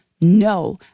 No